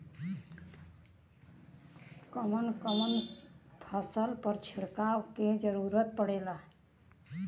कवन कवन फसल पर छिड़काव के जरूरत पड़ेला?